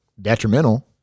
detrimental